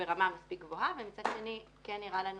ברמה מספיק גבוהה ומצד שני כן נראה לנו